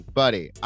buddy